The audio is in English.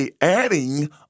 adding